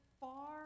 far